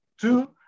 two